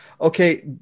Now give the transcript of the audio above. Okay